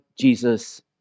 Jesus